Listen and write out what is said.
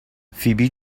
فیبی